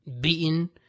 beaten